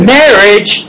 marriage